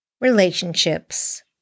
Relationships